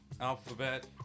alphabet